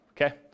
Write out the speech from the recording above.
okay